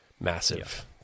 massive